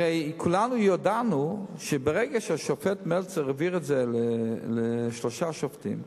הרי כולנו ידענו שברגע שהשופט מלצר העביר את זה לשלושה שופטים,